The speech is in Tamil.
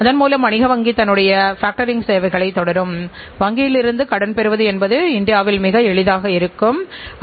உதாரணமாக மின்சார வாரிய அலுவலகத்திற்குச் செல்லும்போது இதுபோன்ற நடவடிக்கைகளை நாம் பார்க்க முடிகிறது